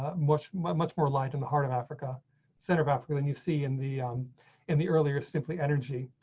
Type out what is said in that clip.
ah much, much more light in the heart of africa center of africa and you see in the in the earlier simply energy,